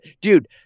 dude